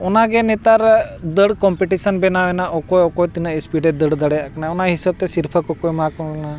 ᱚᱱᱟᱜᱮ ᱱᱮᱛᱟᱨ ᱫᱟᱹᱲ ᱠᱚᱢᱯᱤᱴᱤᱥᱚᱱ ᱵᱮᱱᱟᱣ ᱮᱱᱟ ᱚᱠᱚᱭ ᱚᱠᱚᱭ ᱛᱤᱱᱟᱹᱜ ᱥᱯᱷᱤᱰ ᱮ ᱫᱟᱹᱲ ᱫᱟᱲᱮᱭᱟᱜ ᱠᱟᱱᱟ ᱚᱱᱟ ᱦᱤᱥᱟᱹᱵᱽ ᱛᱮ ᱥᱤᱨᱯᱟᱹ ᱠᱚᱠᱚ ᱮᱢᱟ ᱠᱚ ᱠᱟᱱᱟ